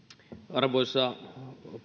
arvoisa